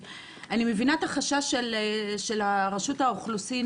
אני מבינה את החשש של רשות האוכלוסין